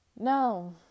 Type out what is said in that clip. No